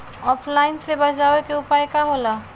ऑफलाइनसे बचाव के उपाय का होला?